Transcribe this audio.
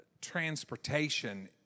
transportation